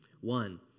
One